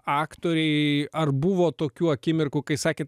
aktoriai ar buvo tokių akimirkų kai sakėt